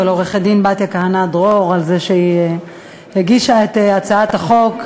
ולעורכת-דין בתיה כהנא-דרור על זה שהיא הגישה את הצעת החוק.